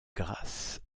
grâce